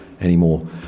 anymore